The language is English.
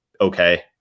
okay